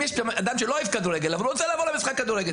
אם יש אדם שלא אוהב כדורגל אבל הוא רוצה לבוא למשחק כדורגל,